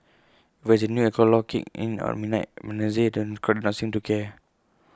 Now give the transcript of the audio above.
even as the new alcohol law kicked in at midnight on Wednesday the crowd not seem to care